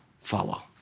follow